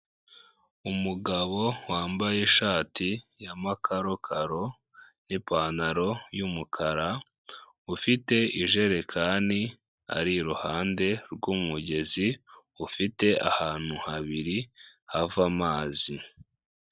Umugabo wambaye ishati ya makakaro n'ipantaro y'umukara, ufite ijerekani ari iruhande rw'umugezi, ufite ahantu habiri hava amazi.